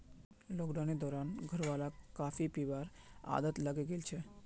लॉकडाउनेर दौरान घरवालाक कॉफी पीबार आदत लागे गेल छेक